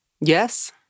Yes